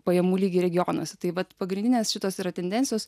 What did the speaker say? pajamų lygį regionuose tai vat pagrindinės šitos yra tendencijos